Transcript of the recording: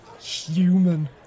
human